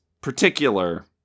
particular